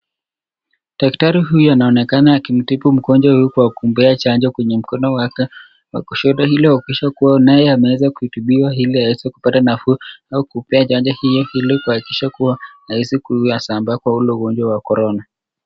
Daktari huyu anaonekana akimtibu mgonjwa huyu kwa kumpea chanjo kwenye mkono wake wa kushoto ili kuakikisha kua naye ameweza kutibiwa ili aweze kupata nafuu au kupea chanjo hii hili kuakikisha kuwa rahisi kuzuia kusambaa kwa ule ugonjwa wa korona.